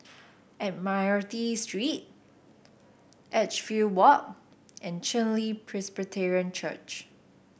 Admiralty Street Edgefield Walk and Chen Li Presbyterian Church